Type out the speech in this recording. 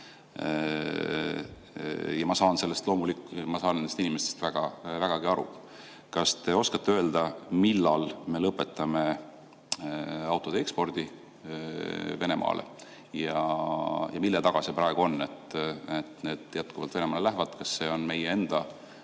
tegevus. Ma loomulikult saan nendest inimestest vägagi aru. Kas te oskate öelda, millal me lõpetame autode ekspordi Venemaale? Mille taga see praegu on, et need jätkuvalt Venemaale lähevad? Kas see on meie enda